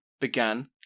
began